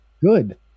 good